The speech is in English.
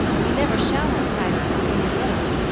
we never shall have time for any more.